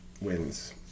Wins